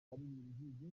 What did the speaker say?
abaririmbyi